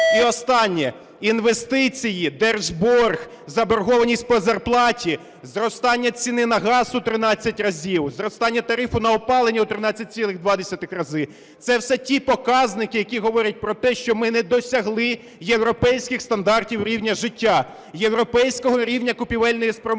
І останнє. Інвестиції, держборг, заборгованість по зарплаті, зростання ціни на газ в 13 разів, зростання тарифу на опалення в 13,2 рази – це все ті показники, які говорять про те, що ми не досягли європейських стандартів рівня життя, європейського рівня купівельної спроможності.